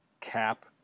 Cap